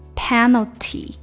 penalty